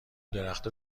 درخت